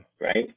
Right